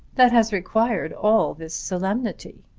that has required all this solemnity?